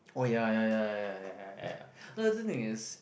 oh ya ya ya ya ya ya no the thing is